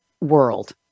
world